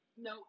no